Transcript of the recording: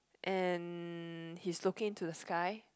and he's looking into the sky